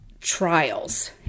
trials